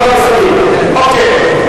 אוקיי,